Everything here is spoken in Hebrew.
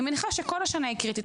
אני מניחה שכל השנה היא קריטית.